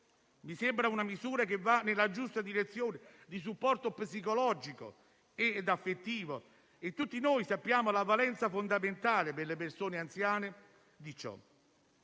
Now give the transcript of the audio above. Mi sembra una misura che va nella giusta direzione di supporto psicologico e affettivo, e tutti noi conosciamo la valenza fondamentale di ciò per le persone anziane.